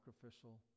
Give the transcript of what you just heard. sacrificial